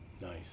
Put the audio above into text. Nice